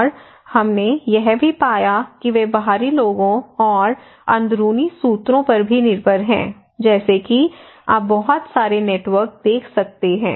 और हमने यह भी पाया कि वे बाहरी लोगों और अंदरूनी सूत्रों पर भी निर्भर हैं जैसे कि आप बहुत सारे नेटवर्क देख सकते हैं